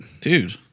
Dude